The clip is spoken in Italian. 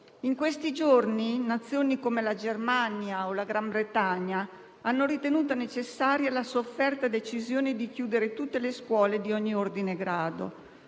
In questi giorni, Nazioni come la Germania o la Gran Bretagna hanno ritenuto necessaria la sofferta decisione di chiudere tutte le scuole di ogni ordine e grado.